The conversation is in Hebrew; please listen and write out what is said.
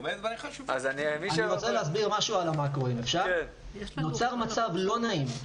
אני רוצה להסביר משהו על המקרו נוצר מצב לא נעים,